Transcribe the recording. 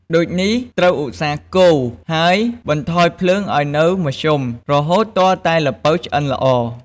ដូចនេះ ត្រូវឧស្សាហ៍កូរ ហើយបន្ថយភ្លើងឱ្យនៅមធ្យម រហូតទាល់តែល្ពៅឆ្អិនល្អ។